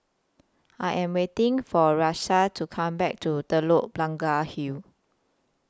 I Am waiting For Rahsaan to Come Back to Telok Blangah Hill